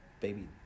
baby